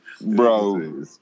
bro